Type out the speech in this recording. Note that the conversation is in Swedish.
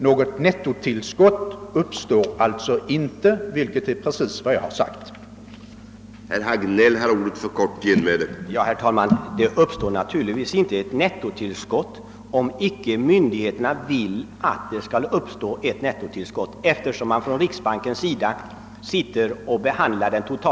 Något nettotillskott uppstår alltså inte, vilket är precis vad jag har framhållit.